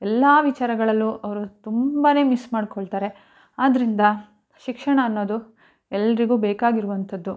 ಎಲ್ಲ ವಿಚಾರಗಳಲ್ಲೂ ಅವರು ತುಂಬಾ ಮಿಸ್ ಮಾಡಿಕೊಳ್ತಾರೆ ಆದ್ದರಂದ ಶಿಕ್ಷಣ ಅನ್ನೋದು ಎಲ್ಲರಿಗೂ ಬೇಕಾಗಿರುವಂಥದ್ದು